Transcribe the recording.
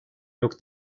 yok